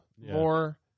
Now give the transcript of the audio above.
more